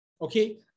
Okay